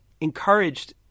encouraged